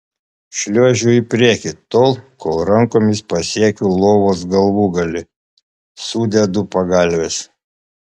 šliuožiu į priekį tol kol rankomis pasiekiu lovos galvūgalį sudedu pagalves